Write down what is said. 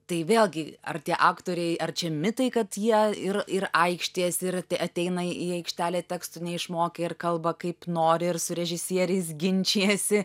tai vėlgi ar tie aktoriai ar čia mitai kad jie ir ir aikštijasi ir ateina į aikštelę tekstų neišmokę ir kalba kaip nori ir su režisieriais ginčijasi